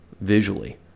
Visually